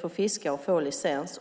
få fiska och få licens.